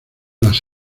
las